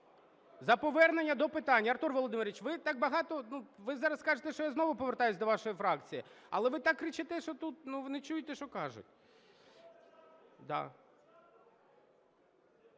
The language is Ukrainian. За повернення до питань. Артур Володимирович, ви так багато… Ви зараз скажете, що я знову повертаюсь до вашої фракції. Але ви так кричите, що не чуєте, що кажуть.